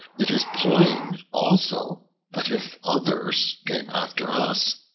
it is plain also that if others came after us,